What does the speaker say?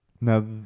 Now